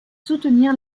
soutenir